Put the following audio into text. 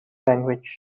language